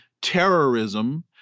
terrorism